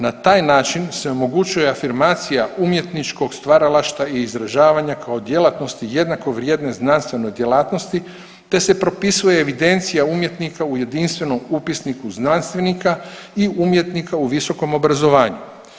Na taj način se omogućuje afirmacija umjetničkog stvaralaštva i izražavanja kao djelatnosti jednakovrijedne znanstvene djelatnosti, te se propisuje evidencija umjetnika u jedinstvenom upisniku znanstvenika i umjetnika u visokom obrazovanju.